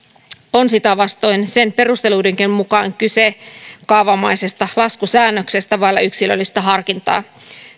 on sitä vastoin sen perusteluidenkin mukaan kyse kaavamaisesta laskusäännöksestä vailla yksilöllistä harkintaa